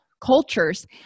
cultures